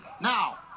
Now